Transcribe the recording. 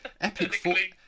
Epic